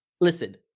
Listen